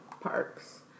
parks